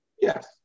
Yes